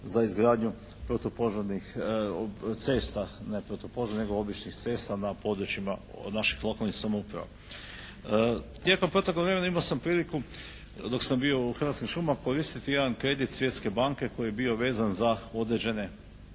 za izgradnju protupožarnih cesta, ne protupožarnih nego običnih cesta na područjima od naših lokalnih samouprava. Tijekom proteklog vremena imao sam priliku dok sam bio u "Hrvatskim šumama" koristiti jedan kredit Svjetske banke koji je bio vezan za određene